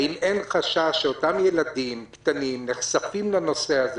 האם אין חשש שאותם ילדים קטנים שנחשפים לזה,